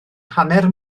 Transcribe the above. hanner